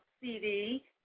CD